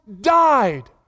died